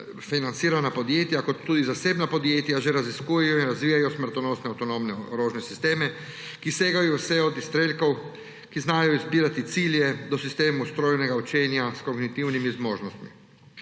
financirana podjetja kot tudi zasebna podjetja že raziskujejo in razvijajo smrtonosne avtonomne orožne sisteme, ki segajo vse od izstrelkov, ki znajo izbirati cilje, do sistemov strojnega učenja s kognitivnimi možnostmi.